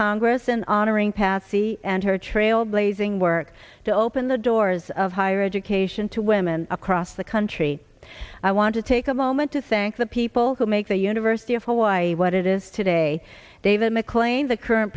congress and honoring patsy and her trailblazing work to open the doors of higher education to women across the country i want to take a moment to thank the people who make the university of hawaii what it is today david mcclain the current